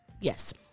yes